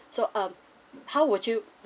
so um how would you